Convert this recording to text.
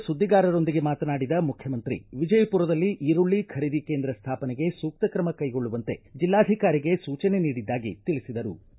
ನಂತರ ಸುದ್ದಿಗಾರರೊಂದಿಗೆ ಮಾತನಾಡಿದ ಮುಖ್ಯಮಂತ್ರಿ ವಿಜಯಪುರದಲ್ಲಿ ಈರುಳ್ಳ ಖರೀದಿ ಕೇಂದ್ರ ಸ್ಥಾಪನೆಗೆ ಸೂಕ್ತ ಕ್ರಮ ಕ್ಟೆಗೊಳ್ಳುವಂತೆ ಜಿಲ್ಲಾಧಿಕಾರಿಗೆ ಸೂಚನೆ ನೀಡಿದ್ದಾಗಿ ತಿಳಿಬದರು